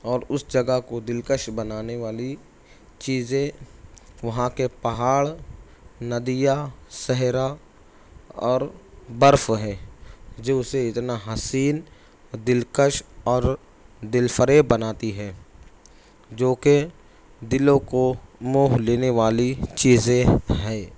اور اس جگہ کو دلکش بنانے والی چیزیں وہاں کے پہاڑ ندیاں صحرا اور برف ہیں جو اسے اتنا حسین دلکش اور دلفریب بناتی ہے جوکہ دلوں کو موہ لینے والی چیزیں ہیں